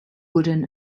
wooden